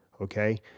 Okay